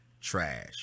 trash